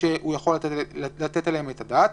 שהוא יכול לתת עליהם את הדעת.